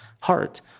heart